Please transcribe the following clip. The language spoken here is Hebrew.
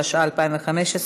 התשע"ה 2015,